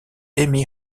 emmy